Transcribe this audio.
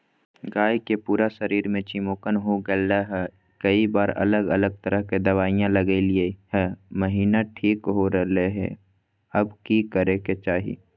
गाय के पूरा शरीर में चिमोकन हो गेलै है, कई बार अलग अलग तरह के दवा ल्गैलिए है महिना ठीक हो रहले है, अब की करे के चाही?